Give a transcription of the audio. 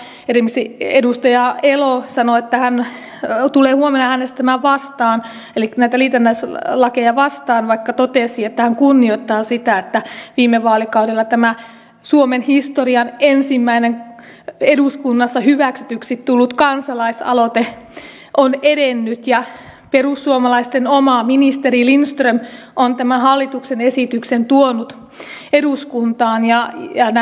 siitä huolimatta esimerkiksi edustaja elo sanoi että tulee huomenna äänestämään vastaan eli näitä liitännäislakeja vastaan vaikka totesi että hän kunnioittaa sitä että viime vaalikaudella tämä suomen historian ensimmäinen eduskunnassa hyväksytyksi tullut kansalaisaloite on edennyt ja perussuomalaisten oma ministeri lindström on tämän hallituksen esityksen ja nämä liitännäislait tuonut eduskuntaan